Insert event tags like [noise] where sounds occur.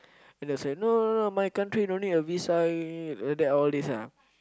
and they say no no no my country don't need a visa [noise] then all these ah